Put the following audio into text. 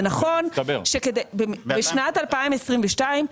זה נכון שבשנת 2022,